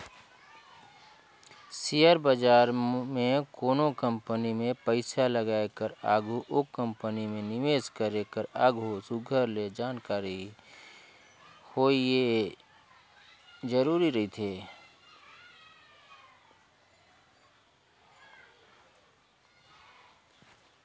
share बजार में कोनो कंपनी में पइसा लगाए कर आघु ओ कंपनी में निवेस करे कर आघु सुग्घर ले जानकारी होवई जरूरी रहथे